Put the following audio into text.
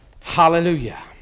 Hallelujah